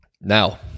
Now